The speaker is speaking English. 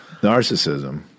narcissism